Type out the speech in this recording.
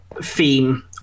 theme